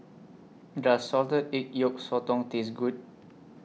Does Salted Egg Yolk Sotong Taste Good